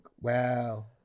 wow